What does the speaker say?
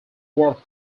world